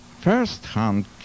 firsthand